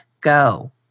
go